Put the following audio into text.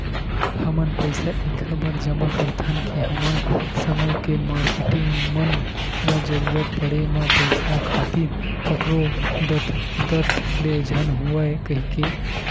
हमन पइसा ऐखरे बर जमा करथन के हमर समूह के मारकेटिंग मन ल जरुरत पड़े म पइसा खातिर कखरो दतदत ले झन होवय कहिके